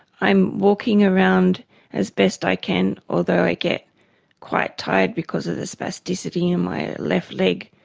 i'm walking around as best i can, although i get quite tired because of the spasticity in my left leg.